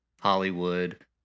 Hollywood